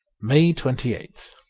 may twenty eighth